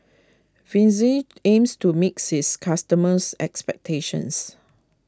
Fizi aims to meet its customers' expectations